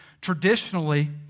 Traditionally